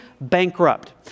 bankrupt